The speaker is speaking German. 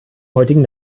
heutigen